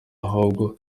ahubwo